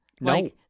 No